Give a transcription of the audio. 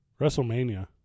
WrestleMania